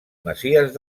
masies